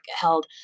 held